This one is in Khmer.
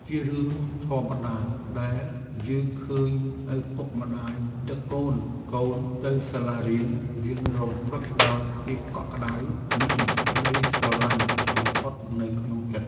ជារឿងធម្មតាដែលយើងឃើញឪពុកម្តាយដឹកកូនៗទៅសាលារៀនរៀងរាល់ព្រឹកដោយភាពកក់ក្តៅនិងក្ដីស្រឡាញ់បំផុតនៅក្នុងចិត្ត។